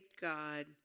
God